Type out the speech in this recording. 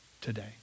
today